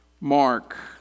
Mark